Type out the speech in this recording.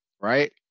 right